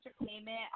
Entertainment